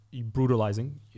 brutalizing